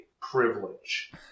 privilege